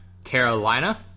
Carolina